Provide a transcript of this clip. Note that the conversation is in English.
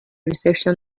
reception